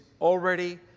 already